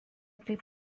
taip